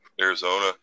Arizona